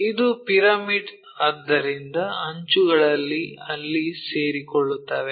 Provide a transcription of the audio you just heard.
ಇದು ಪಿರಮಿಡ್ ಆದ್ದರಿಂದ ಅಂಚುಗಳು ಅಲ್ಲಿ ಸೇರಿಕೊಳ್ಳುತ್ತವೆ